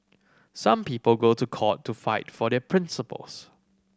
some people go to court to fight for their principles